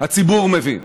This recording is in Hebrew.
הציבור מבין,